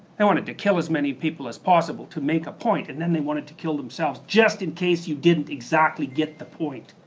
they wanted to kill as many people as possible to make a point, and then they wanted to kill themselves just in case you didnt exactly get the point.